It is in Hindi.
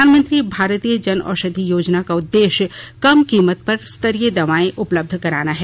प्रधानमंत्री भारतीय जन औषधि योजना का उद्देश्य कम कीमत पर स्तरीय दवाएं उपलब्ध कराना है